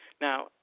Now